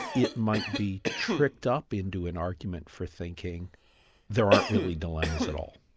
it might be tricked up into an argument for thinking there aren't really dilemmas at all.